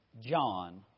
John